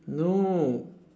no